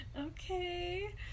Okay